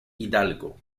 hidalgo